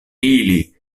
ili